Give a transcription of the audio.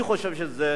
אני חושב שזה